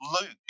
Luke